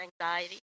anxiety